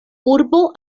urbo